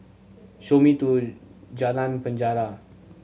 show me to Jalan Penjara